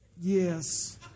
Yes